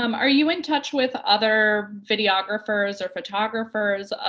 um are you in touch with other videographers or photographers